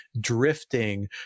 drifting